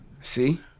See